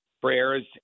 prayers